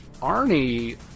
Arnie